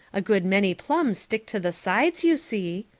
a good many plums stick to the sides, you see.